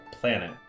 planet